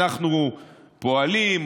אנחנו פועלים,